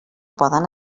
poden